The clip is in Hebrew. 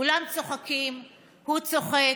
כולם צוחקים, הוא צוחק.